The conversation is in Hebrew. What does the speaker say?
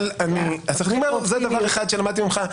אבל אני אומר שזה דבר אחד שלמדתי ממך,